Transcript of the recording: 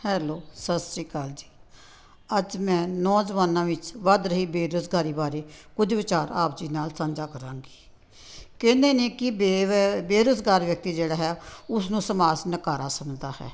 hello ਸਤਿ ਸ਼੍ਰੀ ਅਕਾਲ ਜੀ ਅੱਜ ਮੈਂ ਨੌਜਵਾਨਾਂ ਵਿੱਚ ਵੱਧ ਰਹੀ ਬੇਰੁਜ਼ਗਾਰੀ ਬਾਰੇ ਕੁਝ ਵਿਚਾਰ ਆਪ ਜੀ ਨਾਲ ਸਾਂਝਾ ਕਰਾਂਗੀ ਕਹਿੰਦੇ ਨੇ ਕਿ ਬੇਵ ਬੇਰੁਜ਼ਗਾਰ ਵਿਅਕਤੀ ਜਿਹੜਾ ਹੈ ਉਸਨੂੰ ਸਮਾਜ ਨਕਾਰਾ ਸਮਝਦਾ ਹੈ